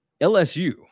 LSU